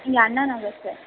இங்கே அண்ணா நகர் கிட்ட